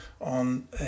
on